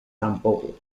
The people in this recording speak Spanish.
tampoco